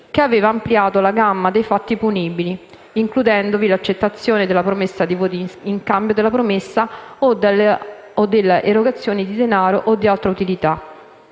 che aveva ampliato la gamma dei fatti punibili (includendovi l'accettazione della promessa di voti in cambio della promessa o della erogazione di denaro o di altra utilità).